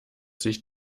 sich